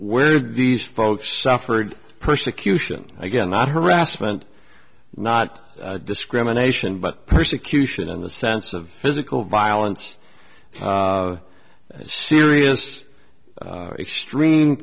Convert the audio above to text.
where these folks suffered persecution again not harassment not discrimination but persecution in the sense of physical violence serious extreme